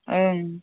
ओं